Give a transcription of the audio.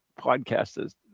podcasters